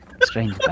Strange